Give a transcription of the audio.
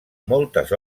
moltes